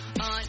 on